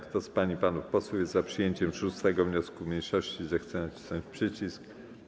Kto z pań i panów posłów jest za przyjęciem 6. wniosku mniejszości, zechce nacisnąć przycisk.